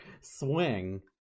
swing